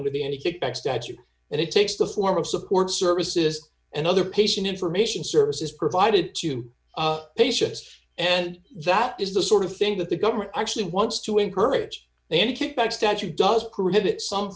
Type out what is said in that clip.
under the any kickback statute and it takes the form of support services and other patient information services provided to pay ships and that is the sort of thing that the government actually wants to encourage any kickbacks stature does